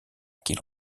qu’il